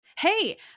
Hey